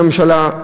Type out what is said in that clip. כשראש הממשלה,